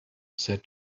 said